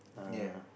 ya